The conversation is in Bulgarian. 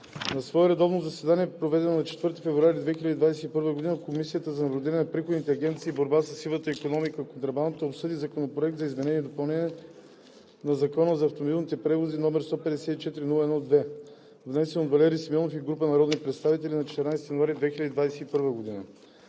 На свое редовно заседание, проведено на 4 февруари 2021 г., Комисията за наблюдение на приходните агенции и борба със сивата икономика и контрабандата обсъди Законопроект за изменение и допълнение на Закона за автомобилните превози, № 154-01-2, внесен от Валери Симеонов и група народни представители на 14 януари 2021 г.